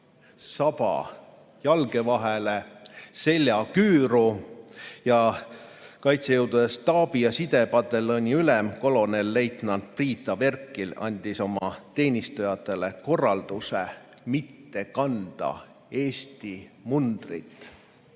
saba jalge vahele, selja küüru: kaitsejõudude staabi- ja sidepataljoni ülem kolonelleitnant Priit Averkin andis oma alluvatele korralduse mitte kanda Eesti mundrit.